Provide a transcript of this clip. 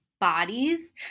bodies